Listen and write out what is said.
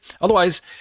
Otherwise